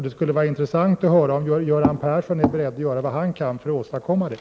Det skulle vara intressant att höra om Göran Persson är beredd att göra vad han kan för att åstadkomma det.